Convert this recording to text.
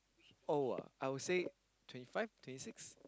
old ah I would say twenty five twenty six